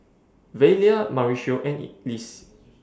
Velia Mauricio and Lise